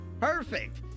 Perfect